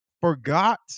forgot